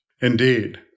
Indeed